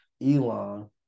Elon